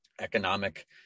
economic